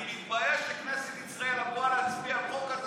אני מתבייש שכנסת ישראל אמורה להצביע על החוק הזה בכלל.